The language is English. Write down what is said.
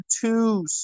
two